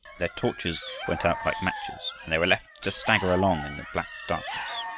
their torches went out like matches, and they were left to stagger along in the black darkness.